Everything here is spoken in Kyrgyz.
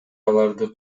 аларды